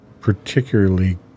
particularly